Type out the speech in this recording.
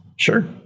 Sure